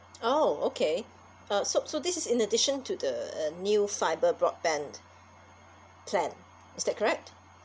oh okay uh so so this is in addition to the uh new fibre broadband plan is that correct